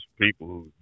people